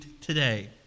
today